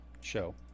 show